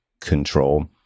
control